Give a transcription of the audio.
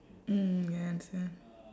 mm ya understand